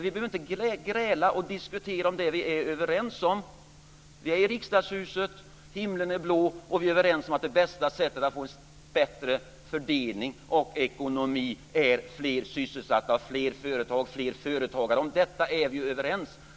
Vi behöver inte gräla om och diskutera det vi är överens om. Vi är i riksdagshuset, himlen är blå, och vi är överens om att det bästa sättet att få en bättre fördelning och ekonomi är fler sysselsatta, fler företag och fler företagare. Om detta är vi överens.